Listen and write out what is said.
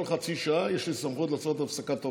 כל חצי שעה יש לי סמכות לעשות הפסקת אוכל.